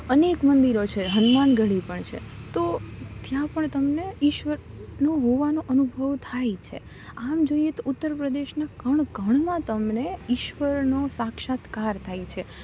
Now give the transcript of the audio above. અનેક મંદિરો છે હનુમાન ગઢી પણ છે તો ત્યાં પણ તમને ઈશ્વરનું હોવાનો અનુભવ થાય છે આમ જોઈએ તો ઉત્તર પ્રદેશના કણ કણમાં તમને ઈશ્વરનો સાક્ષાત્કાર થાય છે